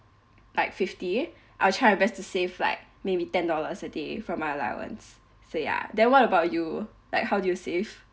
like fifty I'll try my best to save like maybe ten dollars a day from my allowance so ya then what about you like how do you save